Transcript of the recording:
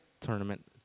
Tournament